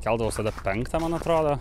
keldavaus tada penktą man atrodo